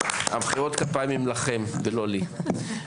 מחיאות הכפיים הן לכם, ולא לי,